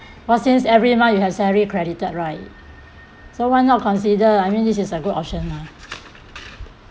well since every month you have salary credited right so why not consider I mean this is a good option